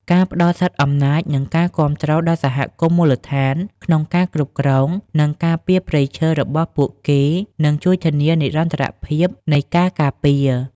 ការផ្តល់សិទ្ធិអំណាច និងការគាំទ្រដល់សហគមន៍មូលដ្ឋានក្នុងការគ្រប់គ្រង និងការពារព្រៃឈើរបស់ពួកគេនឹងជួយធានានិរន្តរភាពនៃការការពារ។